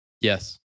Yes